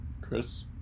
chris